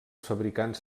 fabricants